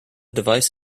device